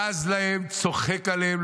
בז להם, צוחק עליהם.